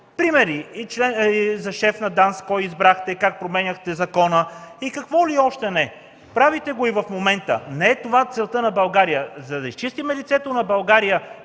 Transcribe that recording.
избрахте за шеф на ДАНС, как променяхте закона, и какво ли още не – правите го и в момента. Не е това целта на България. За да изчистим лицето на България